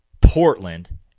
Portland